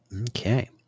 Okay